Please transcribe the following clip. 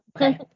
Okay